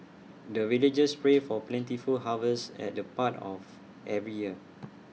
the villagers pray for plentiful harvest at the part of every year